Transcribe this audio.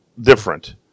different